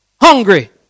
hungry